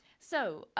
so,